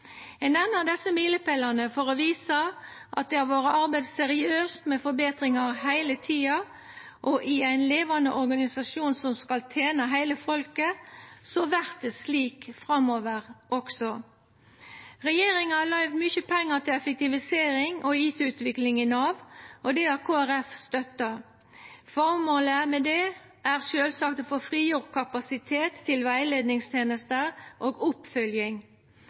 Eg nemner desse milepålane for å visa at det har vore arbeidd seriøst med forbetringar heile tida, og i ein levande organisasjon som skal tena heile folket, vert det slik framover også. Regjeringa har løyvd mykje pengar til effektivisering og IT-utvikling i Nav, og det har Kristeleg Folkeparti støtta. Føremålet med det er sjølvsagt å få frigjort kapasitet til rettleiingstenester og